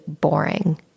boring